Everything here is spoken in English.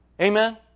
Amen